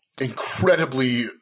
incredibly